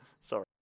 Sorry